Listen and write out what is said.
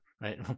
right